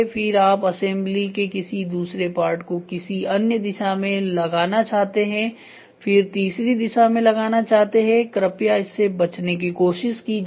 फिर आप असेंबली के किसी दूसरे पार्ट को किसी अन्य दिशा में लगाना चाहते हैं फिर तीसरी दिशा में लगाना चाहते हैं कृपया इससे बचने की कोशिश कीजिए